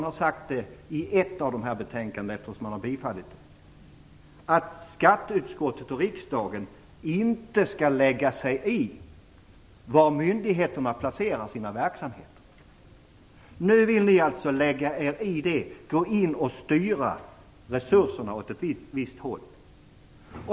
I ett av dem har riksdagen klart och tydligt sagt - eftersom man har bifallit hemställan i betänkandet - att skatteutskottet och riksdagen inte skall lägga sig i var myndigheterna placerar sina verksamheter. Nu vill ni alltså lägga er i och gå in och styra resurserna åt ett visst håll.